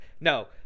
no